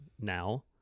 now